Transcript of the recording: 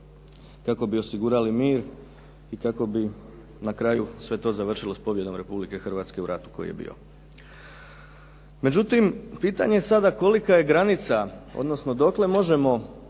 kako bi osigurali mir i kako bi na kraju sve to završilo s pobjedom Republike Hrvatske u ratu koji je bio. Međutim, pitanje je sada kolika je granica odnosno dokle možemo preuzimati